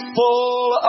full